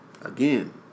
Again